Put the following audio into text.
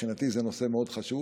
מבחינתי זה נושא מאוד חשוב.